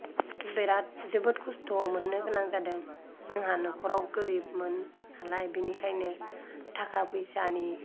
बेराद जोबोद खस्थ' मोननो गोनां जादों जोंहा न'खराव गोरिबमोन नालाय बिनिखायनो थाखा फैसानि